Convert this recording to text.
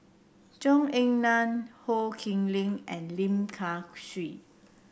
Zhou Ying Nan Ho Khee Lick and Lim Kay Siu